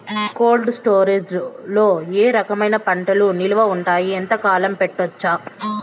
Cold storage లో ఏ రకమైన పంటలు నిలువ ఉంటాయి, ఎంతకాలం పెట్టొచ్చు?